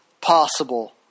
possible